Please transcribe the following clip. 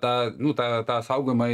tą nu tą tą saugojimą